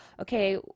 Okay